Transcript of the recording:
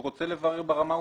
הוא רוצה לברר ברמה העובדתית.